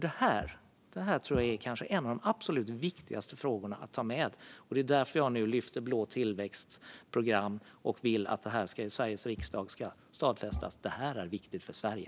Detta tror jag är en av de absolut viktigaste frågorna att ta med. Det är därför jag nu tar upp Blå tillväxts program och vill att det här i Sveriges riksdag ska stadfästas att detta är viktigt för Sverige.